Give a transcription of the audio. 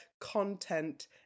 content